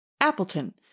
Appleton